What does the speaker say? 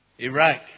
Iraq